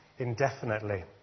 indefinitely